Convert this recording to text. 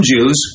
Jews